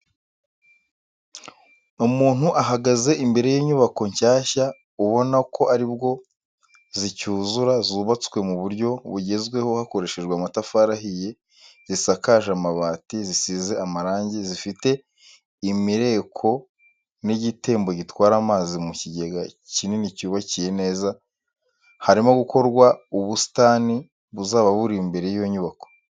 Umuntu ahagaze imbere y'inyubako nshyashya ubona ko aribwo zicyuzura zubatswe mu buryo bugezweho hakoreshejwe amatafari ahiye zisakaje amabati, zisize amarangi, zifite imireko n'igitembo gitwara amazi mu kigega kinini cyubakiye neza, harimo gukorwa ubusitani buzaba buri imbere y'iyo nyubako.